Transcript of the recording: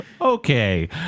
Okay